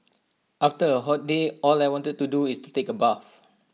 after A hot day all I want to do is to take A bath